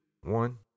one